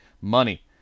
money